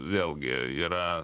vėlgi yra